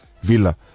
Villa